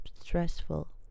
stressful